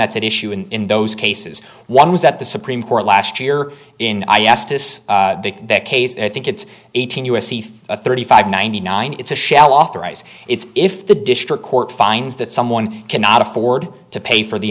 that's at issue and in those cases one was that the supreme court last year in i asked this case i think it's eighteen u s c thirty five ninety nine it's a shell authorize it's if the district court finds that someone cannot afford to pay for the